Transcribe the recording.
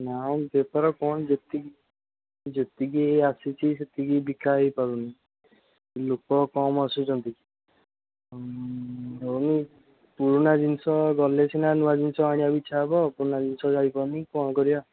ନାଇଁ ବେପାର କ'ଣ ଯେତିକି ଯେତିକି ଆସିଛି ସେତିକି ବିକା ହୋଇପାରୁନି ଲୋକ କମ୍ ଆସୁଛନ୍ତି ପୁରୁଣା ଜିନିଷ ଗଲେ ସିନା ନୂଆ ଜିନିଷ ଆଣିବାକୁ ଇଚ୍ଛା ହେବ ପୁରୁଣା ଜିନିଷ ଯାଇପାରୁନି କ'ଣ କରିବା